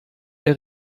der